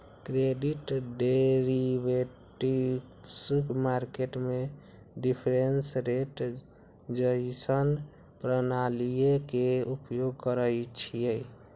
credit derivatives market में difference rate जइसन्न प्रणालीइये के उपयोग करइछिए